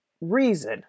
reason